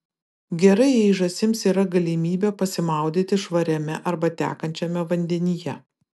gerai jei žąsims yra galimybė pasimaudyti švariame arba tekančiame vandenyje